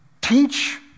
teach